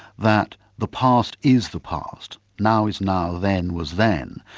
that the past is the past. now is now, then was then.